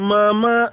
Mama